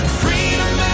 freedom